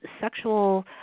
sexual